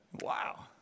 Wow